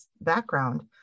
background